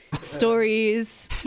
stories